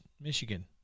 Michigan